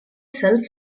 self